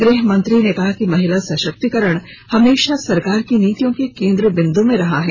गृहमंत्री ने कहा कि महिला सशक्तिकरण हमेशा सरकार की नीतियों के केन्द्र बिन्दु में रहा है